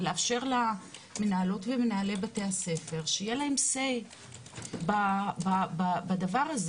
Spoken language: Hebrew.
ולאפשר למנהלות ומנהלי בתי-הספר שיהיה להם say בדבר הזה.